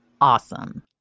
awesome